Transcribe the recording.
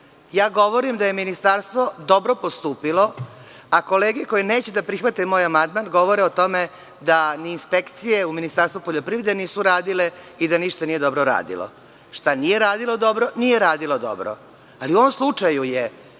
Govorim da je Ministarstvo dobro postupilo, a kolege koje neće da prihvate moj amandman govore o tome da inspekcije u Ministarstvu poljoprivrede nisu radile i da ništa nije dobro radilo. Šta nije radilo dobro, nije radilo dobro.U ovom slučaju,